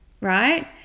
right